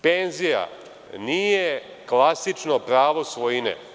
Penzija nije klasično pravo svojine.